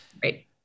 Great